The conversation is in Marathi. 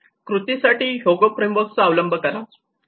कृतीसाठी ह्योगो फ्रेमवर्क चा अवलंब करा